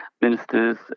ministers